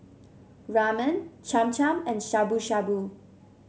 Ramen Cham Cham and Shabu Shabu